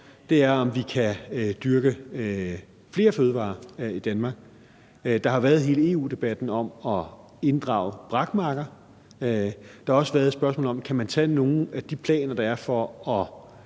for, er, om vi kan dyrke flere fødevarer i Danmark. Der har været hele EU-debatten om at inddrage brakmarker. Der har også været et spørgsmål om, om man kan tage nogle af de planer, der er, for at